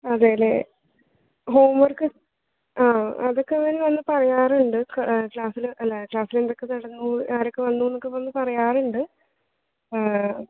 അതെ അല്ലേ ഹോംവർക്ക് ആ അതൊക്കെ അവൻ വന്ന് പറയാറുണ്ട് ക്ലാസ്സിൽ അല്ല ക്ലാസ്സിലെന്തൊക്കെ നടന്നൂ ആരൊക്കെ വന്നൂ എന്നൊക്കെ വന്ന് പറയാറുണ്ട് ആ